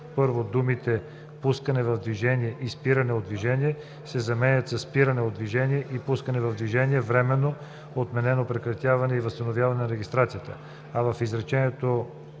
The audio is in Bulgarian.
първо думите „пускане в движение и спиране от движение“ се заменят със „спиране от движение и пускане в движение, временно отнемане, прекратяване и възстановяване на регистрацията“, а в изречение